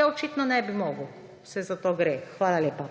Ja, očitno ne bi mogel. Saj za to gre. Hvala lepa.